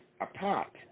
apart